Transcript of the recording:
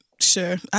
sure